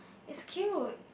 is cute